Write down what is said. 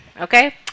okay